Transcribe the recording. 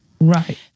Right